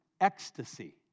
ecstasy